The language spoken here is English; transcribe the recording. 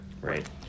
right